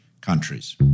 countries